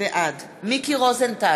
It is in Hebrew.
בעד מיקי רוזנטל,